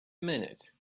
minute